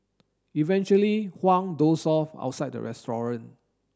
eventually Huang dozed off outside the restaurant